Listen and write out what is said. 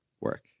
work